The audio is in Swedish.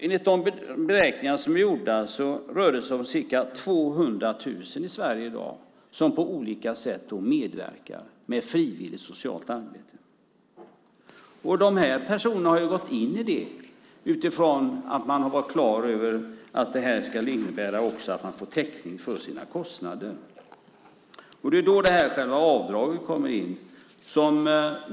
Enligt de beräkningar som är gjorda rör det sig om ca 200 000 människor i Sverige i dag som på olika sätt medverkar med frivilligt socialt arbete. De här personerna har gått in i det utifrån att de har varit klara över att detta ska innebära att de också får täckning för sina kostnader. Det är då avdraget kommer in.